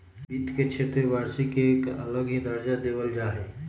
वित्त के क्षेत्र में वार्षिक के एक अलग ही दर्जा देवल जा हई